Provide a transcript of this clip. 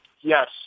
Yes